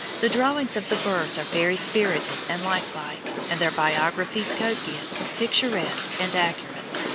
the drawings of the birds are very spirited and life like, and their biographies copious, picturesque, and accurate,